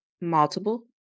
multiple